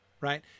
right